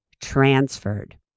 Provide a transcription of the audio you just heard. transferred